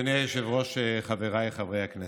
אדוני היושב-ראש, חבריי חברי הכנסת,